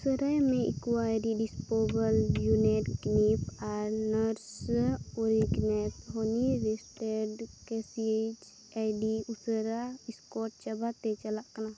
ᱩᱥᱟᱹᱨᱟᱭ ᱢᱮ ᱮᱠᱳᱣᱟᱨ ᱰᱤᱥᱳᱯᱟᱵᱮᱞ ᱤᱭᱩᱱᱮᱰ ᱠᱱᱤᱯᱷ ᱟᱨ ᱱᱟᱨᱥ ᱳᱭᱮᱜᱽᱱᱮᱯᱷ ᱦᱟᱱᱤ ᱨᱮᱥᱴᱮᱰ ᱠᱮᱥᱤ ᱟᱭᱰᱤ ᱩᱥᱟᱹᱨᱟ ᱥᱴᱚᱠ ᱪᱟᱵᱟ ᱛᱮ ᱪᱟᱞᱟᱜ ᱠᱟᱱᱟ